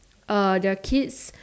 uh their kids